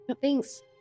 Thanks